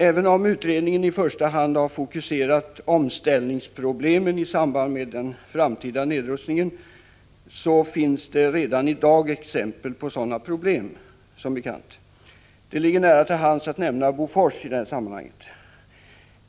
Även om utredningen i första hand har fokuserat omställningsproblemen i samband 87 med den framtida nedrustningen, finns det som bekant redan i dag exempel på sådana problem. Det ligger nära till hands att i det här sammanhanget nämna Bofors.